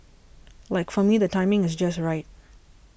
like for me the timing is just right